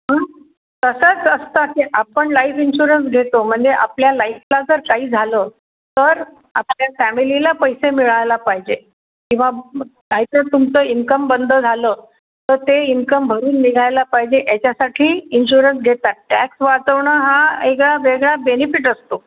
हं तसंच असतं की आपण लाईफ इन्शुरन्स घेतो म्हणजे आपल्या लाईफला जर काही झालं तर आपल्या फॅमिलीला पैसे मिळायला पाहिजे किंवा काहीतर तुमचं इन्कम बंद झालं तर ते इन्कम भरून निघायला पाहिजे ह्याच्यासाठी इन्शुरन्स घेतात टॅक्स वाचवणं हा वेगळा वेगळा बेनिफिट असतो